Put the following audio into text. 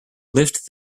lift